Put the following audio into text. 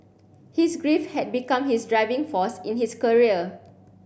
his grief had become his driving force in his career